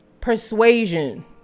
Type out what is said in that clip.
persuasion